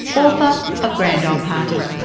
author of grand old party.